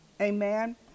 Amen